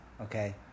okay